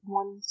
one